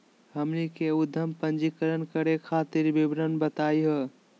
हमनी के उद्यम पंजीकरण करे खातीर विवरण बताही हो?